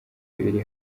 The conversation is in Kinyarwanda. iri